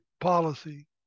policy